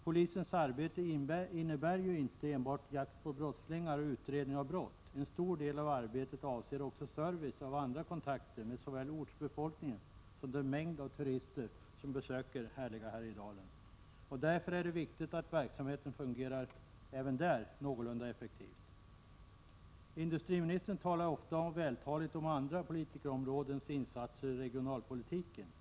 Polisens arbete innebär inte enbart jakt på brottslingar och utredning av brott. En stor del av arbetet avser också service och andra kontakter med såväl ortsbefolkningen som den mängd av turister som besöker det härliga Härjedalen. Även därför är det viktigt att verksamheten fungerar någorlunda effektivt. Industriministern talar ofta och vältaligt om insatser från andra områden av politiken än regionalpolitiken.